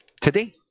today